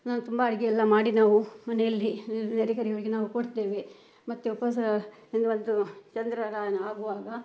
ನಾವು ತುಂಬ ಅಡ್ಗೆಯೆಲ್ಲ ಮಾಡಿ ನಾವು ಮನೆಯಲ್ಲಿ ನೆರೆಕೆರೆಯವರಿಗೆ ನಾವು ಕೊಡ್ತೇವೆ ಮತ್ತೆ ಉಪವಾಸ ಇದರದ್ದು ಚಂದ್ರ ಆಗುವಾಗ